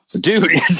dude